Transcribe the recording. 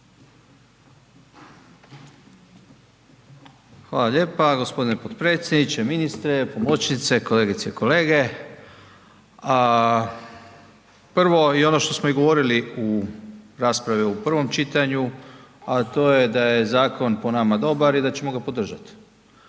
Hvala lijepa g. potpredsjedniče, ministre, pomoćnice, kolegice i kolege. Prvo i ono što smo i govorili u raspravi u prvom čitanju, a to je da je zakon po nama dobar i da ćemo ga podržati